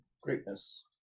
greatness